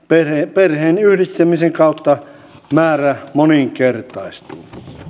perheenyhdistämisen kautta määrä moninkertaistuu